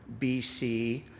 BC